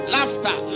Laughter